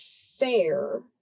fair